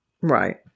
Right